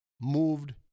moved